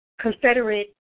Confederate